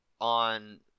on